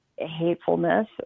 hatefulness